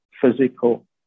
physical